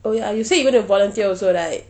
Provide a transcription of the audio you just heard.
oh ya you said you want to volunteer also right